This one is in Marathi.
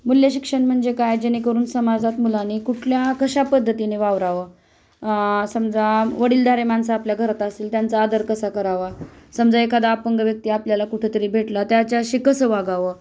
मूल्यशिक्षण म्हणजे काय जेणेकरून समाजात मुलांनी कुठल्या कशा पद्धतीने वावरावं समजा वडीलधारी माणसं आपल्या घरात असेल त्यांचा आदर कसा करावा समजा एखादा अपंग व्यक्ती आपल्याला कुठेतरी भेटला त्याच्याशीे कसं वागावं